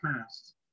past